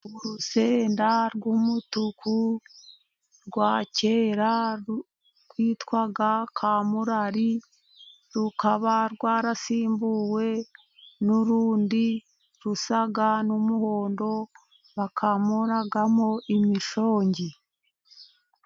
Urusenda rw'umutuku rwa kera rwitwa kamuri, rukaba rwarasimbuwe n'urundi rusa n'umuhondo bakamuramo imishongi.